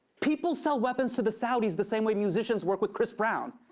people sell weapons to the saudis the same way musicians work with chris brown.